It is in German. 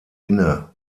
inne